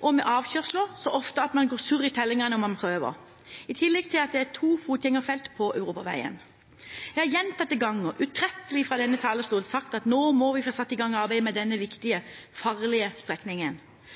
og med avkjørsler så ofte at man går surr i tellingen når man prøver. I tillegg er det to fotgjengerfelt på europaveien. Jeg har gjentatte ganger utrettelig fra denne talerstol sagt at nå må vi få satt i gang arbeidet med denne viktige, farlige